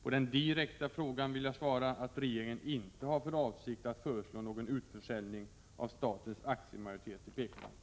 På den direkta frågan vill jag svara att regeringen inte har för avsikt att förslå någon utförsäljning av statens aktiemajoritet i PK-banken.